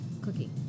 cookie